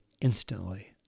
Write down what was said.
instantly